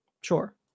Sure